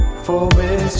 for wisdom